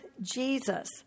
Jesus